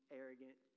arrogant